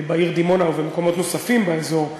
בעיר דימונה ובמקומות נוספים באזור,